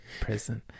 prison